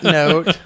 note